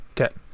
Okay